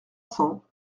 cents